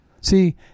See